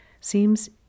seems